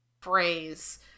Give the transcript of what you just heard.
phrase